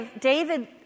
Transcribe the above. David